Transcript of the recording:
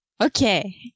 Okay